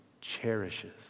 cherishes